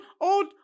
old